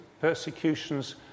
persecutions